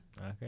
Okay